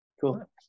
cool